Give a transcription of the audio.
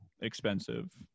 expensive